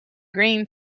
green